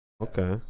Okay